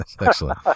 Excellent